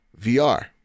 VR